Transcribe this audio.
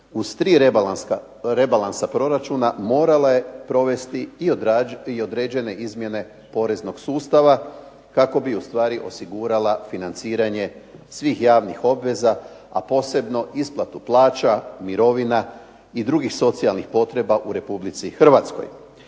uz tri rebalansa proračuna morala je provesti i određene izmjene poreznog sustava kako bi u stvari osigurala financiranje svih javnih obveza, a posebno isplatu plaća, mirovina i drugih socijalnih potreba u Republici Hrvatskoj.